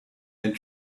and